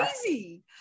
crazy